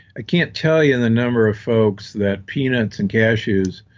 i can't tell you the number of folks that peanuts and cashews